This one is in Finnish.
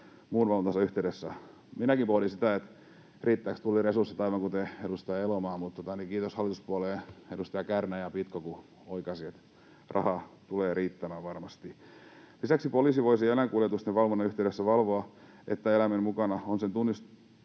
Minäkin pohdin sitä, riittävätkö Tullin resurssit, aivan kuten edustaja Elomaa, mutta kiitos hallituspuolueiden edustajille Kärnä ja Pitko, kun oikaisivat, että raha tulee riittämään varmasti. Lisäksi poliisi voisi eläinkuljetusten valvonnan yhteydessä valvoa, että eläimen mukana on sen tunnistusasiakirja